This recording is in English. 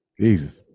Jesus